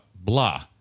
Blah